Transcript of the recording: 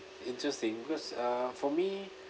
interesting because uh for me